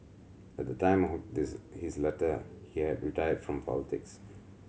at the time of this his letter he had retired from politics